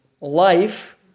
life